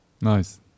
Nice